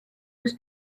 was